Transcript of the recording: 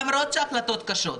למרות שההחלטות קשות,